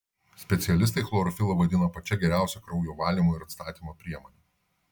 specialistai chlorofilą vadina pačia geriausia kraujo valymo ir atstatymo priemone